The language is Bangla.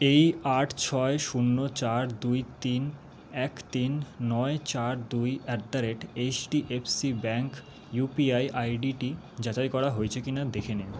এই আট ছয় শূন্য চার দুই তিন এক তিন নয় চার দুই at the rate H D F C bank U P I I D টি যাচাই করা হয়েছে কি না দেখে